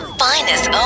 finest